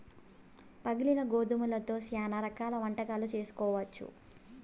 పగిలిన గోధుమలతో శ్యానా రకాల వంటకాలు చేసుకోవచ్చు